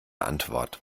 antwort